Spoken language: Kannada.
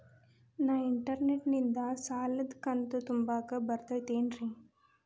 ನಾ ಇಂಟರ್ನೆಟ್ ನಿಂದ ಸಾಲದ ಕಂತು ತುಂಬಾಕ್ ಬರತೈತೇನ್ರೇ?